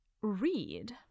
read